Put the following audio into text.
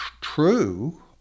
true